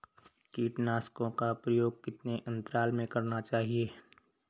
कीटनाशकों का प्रयोग कितने अंतराल में करना चाहिए?